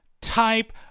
type